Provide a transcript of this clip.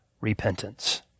Repentance